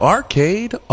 Arcade